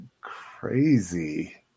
Crazy